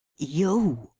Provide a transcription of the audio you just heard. you!